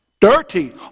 Dirty